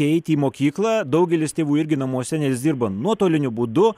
eiti į mokyklą daugelis tėvų irgi namuose nes dirba nuotoliniu būdu